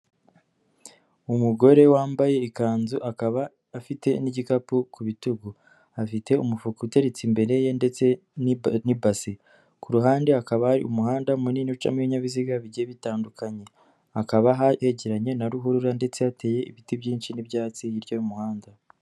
Umugore wambaye ikanzu akaba afite n'igikapu ku bitugu, afite umufuka uteretse imbere ye ndetse n'ibasi, ku ruhande hakaba hari umuhanda munini ucamo ibinyabiziga bigiye bitandukanye, hakaba hegeranye na ruhurura ndetse hateye ibiti byinshi n'ibyatsi hirya y'umuhanda.